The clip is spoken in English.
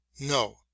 No